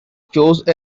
chose